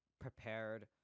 prepared